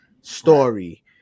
story